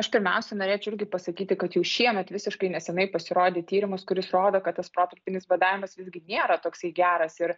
aš pirmiausia norėčiau irgi pasakyti kad jau šiemet visiškai nesenai pasirodė tyrimas kuris rodo kad tas protarpinis badavimas irgi nėra toksai geras ir